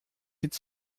its